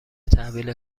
تحویل